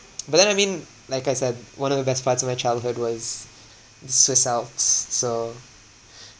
but then I mean like I said one of the best parts of my childhood was swiss alps so